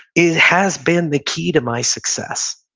it has been the key to my success.